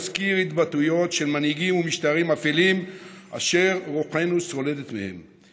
מזכירים התבטאויות של מנהגים ומשטרים אפלים אשר רוחנו סולדת מהם.